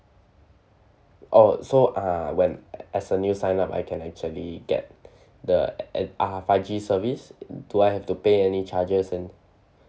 orh so uh when as a new sign up I can actually get the at~ uh five G service do I have to pay any charges and